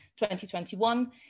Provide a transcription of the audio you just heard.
2021